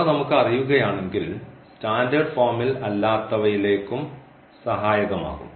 അവ നമുക്ക് അറിയുകയാണെങ്കിൽ സ്റ്റാൻഡേർഡ് ഫോമിൽ അല്ലാത്തവയിലേക്കും സഹായകമാകും